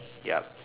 yup